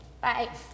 Bye